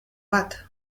bat